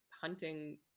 hunting